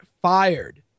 fired